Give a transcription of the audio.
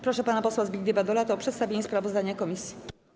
Proszę pana posła Zbigniewa Dolatę o przedstawienie sprawozdania komisji.